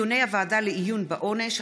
(דיוני הוועדה לעיון בעונש),